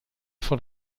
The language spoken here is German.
von